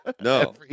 No